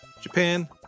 Japan